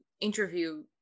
interview